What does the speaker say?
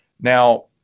Now